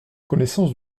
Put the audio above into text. connaissance